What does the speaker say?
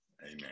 Amen